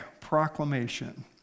proclamation